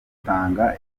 rutanga